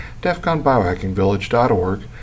defconbiohackingvillage.org